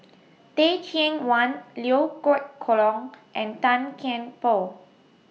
Teh Cheang Wan Liew Geok Leong and Tan Kian Por